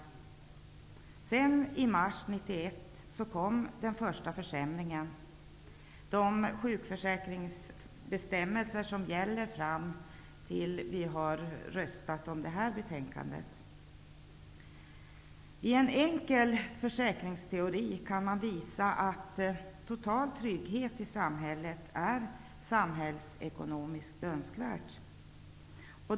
I mars 1991 kom så den första försämringen, de sjukförsäkringsbestämmelser som gäller fram till dess vi har röstat om det här betänkandet. I en enkel försäkringsteori kan man visa att total trygghet är samhällsekonomiskt önskvärd.